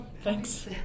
Thanks